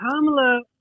Kamala